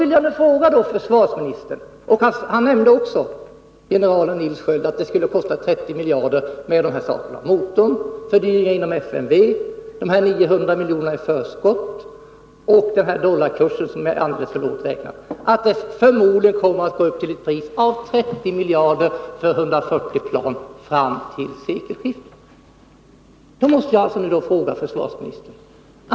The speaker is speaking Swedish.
Han sade att kostnaderna för 140 plan fram till sekelskiftet förmodligen skulle uppgå till 30 miljarder med hänsyn till motorn, fördyringen inom FMV, de 900 miljonerna i förskott och den alldeles för lågt beräknade dollarkursen.